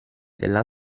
della